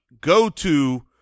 go-to